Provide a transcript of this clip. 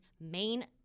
main